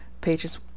Pages